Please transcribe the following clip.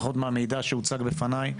לפחות מהמידע שהוצג בפני,